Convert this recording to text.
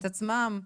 את עצמם,